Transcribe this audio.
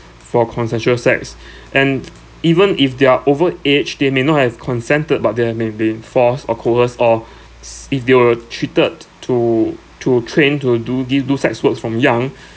for consensual sex and even if they are over age they may not have consented but they have may been forced or coerced or if they were treated to to train to do give do sex works from young